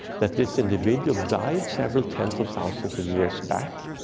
that this individual died several tens of thousands of years back.